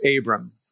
Abram